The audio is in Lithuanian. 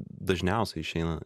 dažniausiai išeina